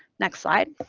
next slide.